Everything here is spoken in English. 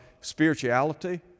spirituality